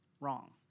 wrong